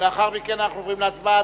ולאחר מכן אנחנו עוברים להצבעה.